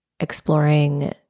exploring